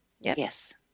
Yes